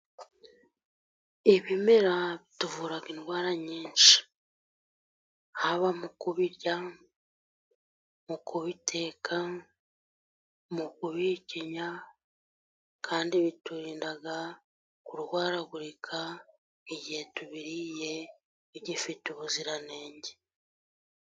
Ibimera bituvura indwara nyinshi, haba mu kubirya mu kubiteka mu kubihekenya, kandi biturinda kurwaragurika igihe tubiriye bigifite ubuziranenge.